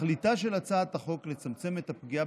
תכליתה של הצעת החוק היא לצמצם את הפגיעה